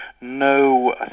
no